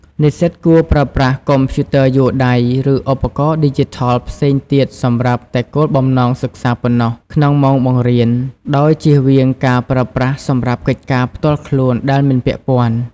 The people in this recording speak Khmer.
និស្សិតគួរប្រើប្រាស់កុំព្យូទ័រយួរដៃ ឬឧបករណ៍ឌីជីថលផ្សេងទៀតសម្រាប់តែគោលបំណងសិក្សាប៉ុណ្ណោះក្នុងម៉ោងបង្រៀន ដោយជៀសវាងការប្រើប្រាស់សម្រាប់កិច្ចការផ្ទាល់ខ្លួនដែលមិនពាក់ព័ន្ធ។